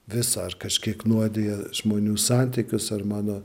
visą ar kažkiek nuodija žmonių santykius ar mano